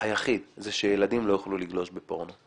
הוא שילדים לא יוכלו לגלוש בפורנו.